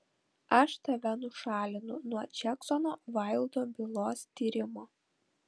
aš tave nušalinu nuo džeksono vaildo bylos tyrimo